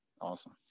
awesome